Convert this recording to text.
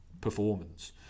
performance